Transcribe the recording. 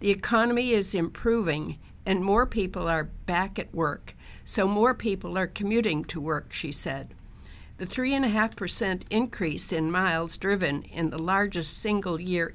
the economy is improving and more people are back at work so more people are commuting to work she said the three and a half percent increase in miles driven in the largest single year